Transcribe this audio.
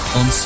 on